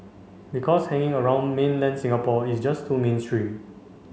because hanging around mainland Singapore is just too mainstream